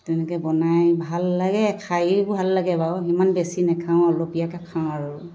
তেনেকৈ বনাই ভাল লাগে খায়ো ভাল লাগে বাৰু সিমান বেছি নেখাওঁ অলপীয়াকৈ খাওঁ আৰু